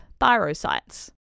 thyrocytes